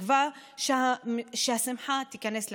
בתקווה שהשמחה תיכנס לחיים,